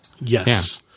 yes